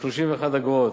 ב-31 אגורות.